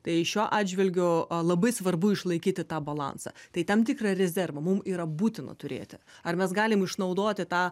tai šiuo atžvilgiu labai svarbu išlaikyti tą balansą tai tam tikrą rezervą mum yra būtina turėti ar mes galim išnaudoti tą